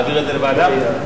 להעביר לוועדה?